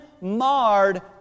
marred